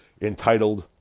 Entitled